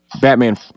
Batman